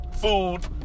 food